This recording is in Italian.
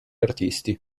artisti